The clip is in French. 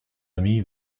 ami